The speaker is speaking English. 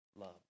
love